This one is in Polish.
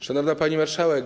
Szanowna Pani Marszałek!